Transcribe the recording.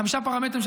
חמישה פרמטרים.